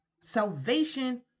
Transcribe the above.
Salvation